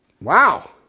Wow